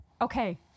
okay